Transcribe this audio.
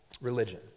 religion